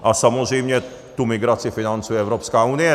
A samozřejmě tu migraci tady financuje Evropská unie.